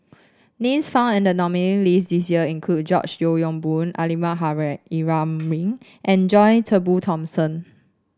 names found in the list this year include George Yeo Yong Boon Almahdi Ibrahim and John Turnbull Thomson